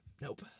Nope